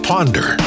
Ponder